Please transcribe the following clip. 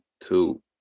two